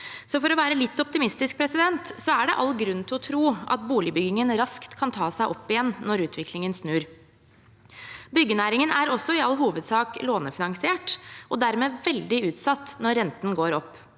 Så for å være litt optimistisk er det all grunn til å tro at boligbyggingen raskt kan ta seg opp igjen når utviklingen snur. Byggenæringen er også i all hovedsak lånefinansiert, og dermed veldig utsatt når renten går opp.